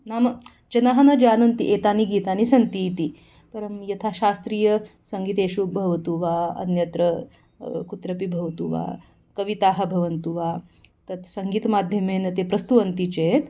नाम जनः न जानन्ति एतानि गीतानि सन्ति इति परं यथा शास्त्रीयसङ्गीतेषु भवतु वा अन्यत्र कुत्रपि भवतु वा कविताः भवन्तु वा तत् सङ्गीतमाध्यमेन ते प्रस्तुवन्ति चेत्